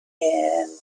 and